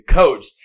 coach